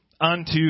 unto